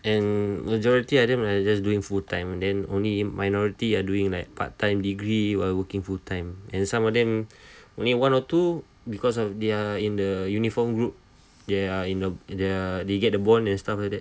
and majority of them are just doing full time then only a minority are doing like part time degree while working full time and some of them only one or two because of they are in the uniform group there are in uh in there they get the bond and stuff like that